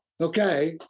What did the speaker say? okay